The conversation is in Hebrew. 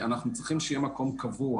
אנחנו צריכים שהמקום יהיה קבוע,